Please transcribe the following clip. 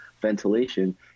ventilation